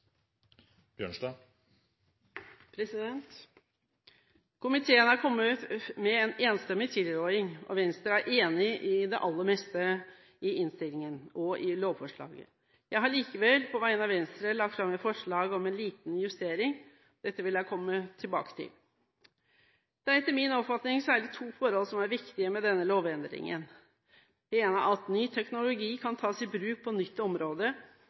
juni. Komiteen har kommet med en enstemmig tilråding, og Venstre er enig i det aller meste i innstillingen og i lovforslaget. Jeg har på vegne av Venstre likevel lagt fram et forslag om en liten justering, og dette vil jeg komme tilbake til. Det er etter min oppfatning særlig to forhold som er viktige med denne lovendringen. Det ene er at ny teknologi kan tas i bruk på nytt område,